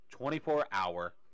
24-hour